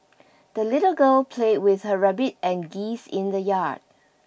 the little girl played with her rabbit and geese in the yard